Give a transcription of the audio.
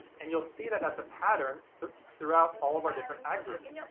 and you'll see that that's a pattern throughout all of our different ad groups.